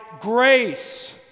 grace